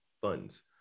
funds